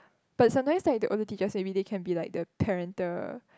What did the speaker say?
but sometimes like the older teachers everyday can be like they are like parental